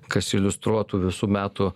kas iliustruotų visų metų